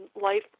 Life